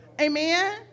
Amen